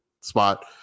spot